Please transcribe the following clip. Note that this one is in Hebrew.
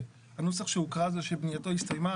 הנוסח שהוקרא זה "שבנייתו הסתיימה".